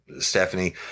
Stephanie